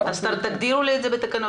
אז תגדירו את זה בתקנות.